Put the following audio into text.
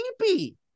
creepy